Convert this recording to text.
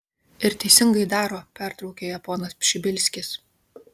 ir teisingai daro pertraukė ją ponas pšibilskis